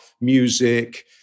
music